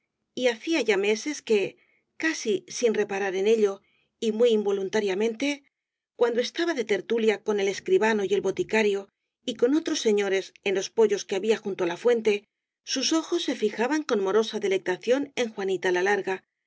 y hacía ya meses que casi sin reparar en ello y muy involun tariamente cuando estaba de tertulia con el escri bano y el boticario y con otros señores en los po yos que había junto á la fuente sus ojos se fijaban con morosa delectación en juanita la larga